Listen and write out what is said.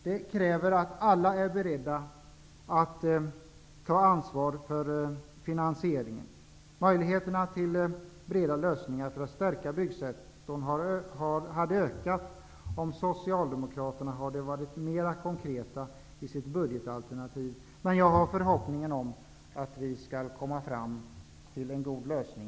Det kräver att alla är beredda att ta ansvar för finansieringen. Möjligheterna till breda lösningar för att stärka byggsektorn hade ökat om Socialdemokraterna hade varit mer konkreta i sitt budgetalternativ. Men jag har förhoppningen att vi gemensamt skall komma fram till en god lösning.